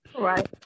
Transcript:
Right